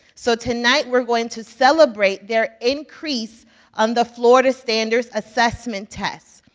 so tonight we're going to celebrate their increase on the florida standards assessment test.